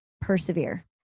persevere